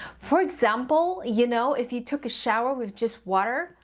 for example, you know if you took a shower with just water,